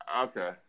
Okay